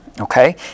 okay